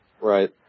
Right